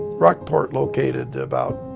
rockport located about,